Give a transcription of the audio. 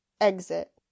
exit